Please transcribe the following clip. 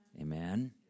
Amen